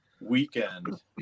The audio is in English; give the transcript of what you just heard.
weekend